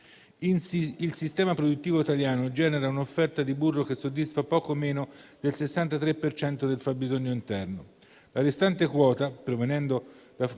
Il sistema produttivo italiano genera un'offerta di burro che soddisfa poco meno del 63 per cento del fabbisogno interno. La restante quota, provenendo da